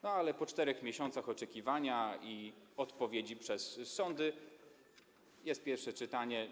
No ale po 4 miesiącach oczekiwania i odpowiedzi przez sądy jest pierwsze czytanie.